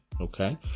Okay